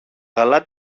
καλά